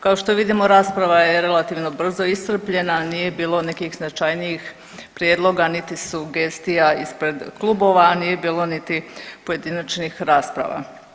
Kao što vidimo rasprava je relativno brzo iscrpljena, nije bilo nekih značajnijih prijedloga niti sugestija ispred klubova, a nije bilo niti pojedinačnih rasprava.